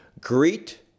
Greet